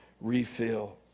refill